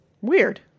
Weird